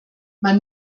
man